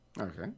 Okay